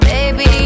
Baby